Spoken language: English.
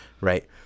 Right